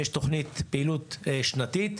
יש תוכנית פעילות שנתית.